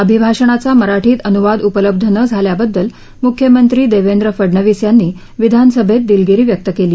अभिभाषणाचा मराठीत अनुवाद उपलब्ध न झाल्याबद्दल मुख्यमंत्री देवेंद्र फडणवीस यांनी विधानसभेत दिलगीरी व्यक्त केली